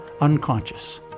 unconscious